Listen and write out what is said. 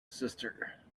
sister